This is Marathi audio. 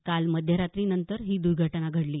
काल मध्यरात्रीनंतर ही द्र्घटना घडली